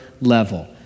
level